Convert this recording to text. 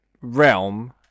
realm